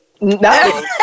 No